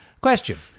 Question